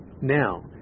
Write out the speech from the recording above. Now